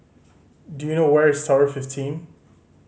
do you know where is Tower fifteen